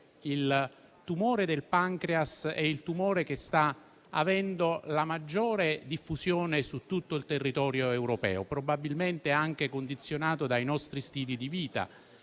quello del pancreas è il tumore che sta avendo la maggiore diffusione su tutto il territorio europeo, probabilmente anche condizionato dai nostri stili di vita.